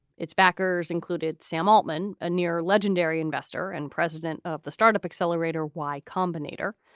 its backers included sam altman, a near legendary investor and president of the startup accelerator y combinator,